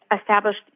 established